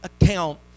account